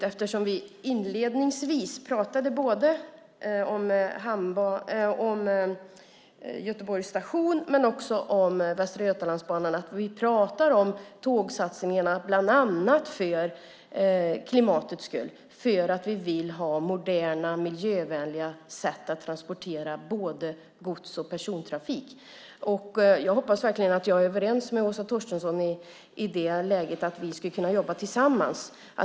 Eftersom vi inledningsvis pratade om både Göteborgs station och Västra-Götalands-banan är det viktigt att säga att vi pratar om tågsatsningarna bland annat för klimatets skull. Det är därför vi vill ha moderna, miljövänliga transportsätt för både gods och persontrafik. Jag hoppas verkligen att jag är överens med Åsa Torstensson om att vi skulle kunna jobba tillsammans.